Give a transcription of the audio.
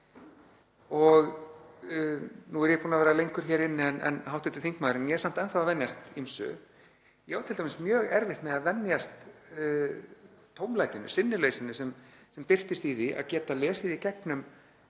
Nú er ég búinn að vera lengur hér inni en hv. þingmaður en ég er samt enn að venjast ýmsu. Ég á t.d. mjög erfitt með að venjast tómlætinu, sinnuleysinu, sem birtist í því að geta lesið í gegnum